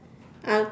uh